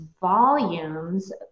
volumes